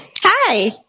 Hi